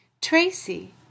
Tracy